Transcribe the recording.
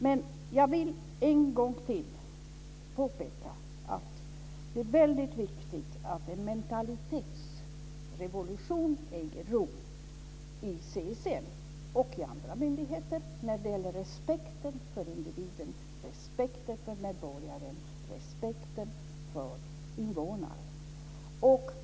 Men jag vill en gång till påpeka att det är väldigt viktigt att en mentalitetsrevolution äger rum i CSN och i andra myndigheter när det gäller respekten för individen, respekten för medborgaren och respekten för invånaren.